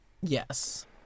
Yes